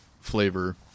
flavor